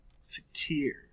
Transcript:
Secure